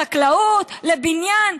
לחקלאות, לבניין.